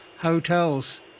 hotels